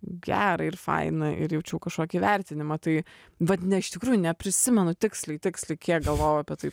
gera ir faina ir jaučiau kažkokį vertinimą tai vat ne iš tikrųjų neprisimenu tiksliai tiksliai kiek galvojau apie tai